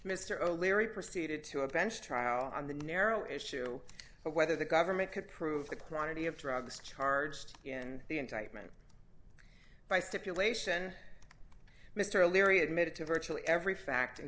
mr o'leary proceeded to a bench trial on the narrow issue of whether the government could prove the chrono t of drugs charged in the indictment by stipulation mr leary admitted to virtually every fact